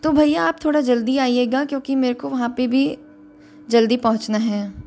तो भैया आप थोड़ा जल्दी आईयेगा क्योंकि मेरे को वहाँ पर भी जल्दी पहुँचना है